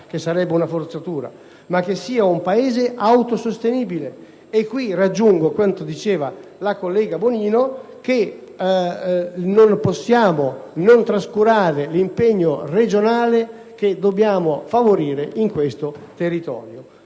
che sarebbe una forzatura - ma che sia un Paese autosostenibile. E qui vengo a quello che diceva la collega Bonino, per cui non possiamo trascurare l'impegno regionale, che dobbiamo invece favorire in questo territorio.